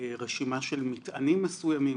רשימה של מטענים מסוימים,